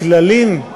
הכללים,